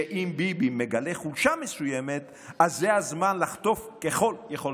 שאם ביבי מגלה חולשה מסוימת אז זה הזמן לחטוף ככל יכולתך?